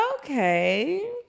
okay